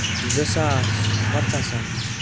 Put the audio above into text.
زٕ ساس پَنٛژاہ ساس